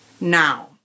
now